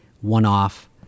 one-off